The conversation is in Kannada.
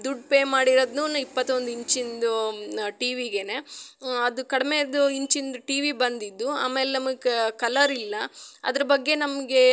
ದುಡ್ಡು ಪೇ ಮಾಡಿರದ್ನು ಇಪ್ಪತ್ತೊಂದು ಇಂಚಿಂದು ಟಿ ವಿಗೇ ಅದು ಕಡಿಮೆದು ಇಂಚಿಂದು ಟಿ ವಿ ಬಂದಿದ್ದು ಆಮೇಲೆ ನಮಗೆ ಕಲರ್ ಇಲ್ಲ ಅದ್ರ ಬಗ್ಗೆ ನಮಗೆ